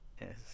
Yes